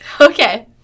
Okay